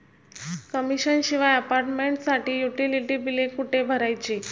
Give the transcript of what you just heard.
Commission शिवाय अपार्टमेंटसाठी utility बिले कुठे भरायची?